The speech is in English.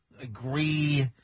agree